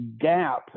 gap